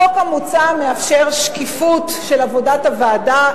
החוק המוצע מאפשר שקיפות של עבודת הוועדה.